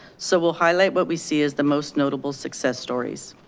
so we'll highlight what we see as the most notable success stories.